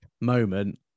moment